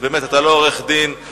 אתה לא עורך-דין,